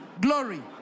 Glory